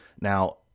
now